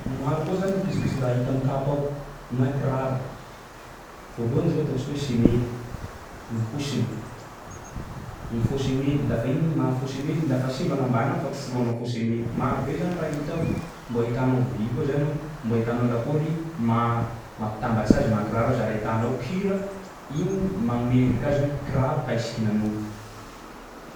Maro koa zany pitsopitson-draha hita am'kapa ao na kiraro. Voalohany zao ataontsika hoe semely, ny hosiny, ny faux semely lafa igny maha-faux semely lafa simba gn'ambany ao afaky soloanao faux semely, marobe zany raha hita ao mbo ahitanao vy koa zany ao, mbo ahitanao lakaoly ma- mampitambatsy azy maha-kiraro azy ary ahitanao cura igny magnome endrika azy hoe kiraro hay sikinan'olo.